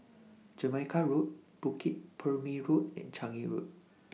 Jamaica Road Bukit Purmei Road and Changi Road